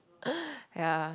ya